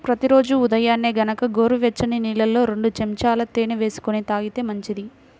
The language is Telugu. ప్రతి రోజూ ఉదయాన్నే గనక గోరువెచ్చని నీళ్ళల్లో రెండు చెంచాల తేనె వేసుకొని తాగితే మంచిది